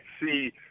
see